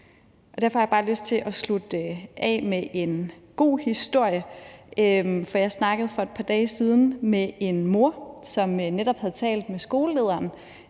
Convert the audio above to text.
Derfor har jeg bare lyst til at slutte af med en god historie, for jeg snakkede for et par dage siden med en mor, som netop havde talt med skolelederen